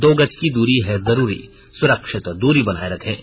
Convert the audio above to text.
दो गज की दूरी है जरूरी सुरक्षित दूरी बनाए रखें